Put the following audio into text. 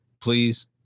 Please